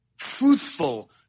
truthful